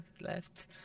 left